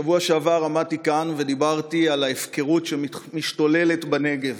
בשבוע שעבר עמדתי כאן ודיברתי על ההפקרות שמשתוללת בנגב,